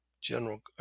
General